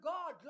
God